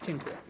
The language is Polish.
Dziękuję.